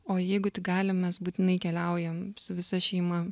o jeigu tik galim mes būtinai keliaujam su visa šeima